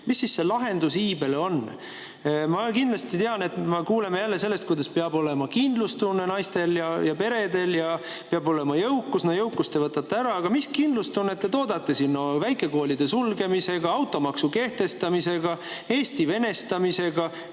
Mis see lahendus iibe[probleemile] on? Ma tean, et me kuuleme kindlasti jälle sellest, kuidas peab olema kindlustunne naistel ja peredel ning peab olema jõukus. No jõukust te võtate ära. Aga mis kindlustunnet te toodate väikekoolide sulgemisega, automaksu kehtestamisega, Eesti venestamisega,